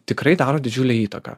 tikrai daro didžiulę įtaką